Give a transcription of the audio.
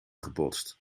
gebotst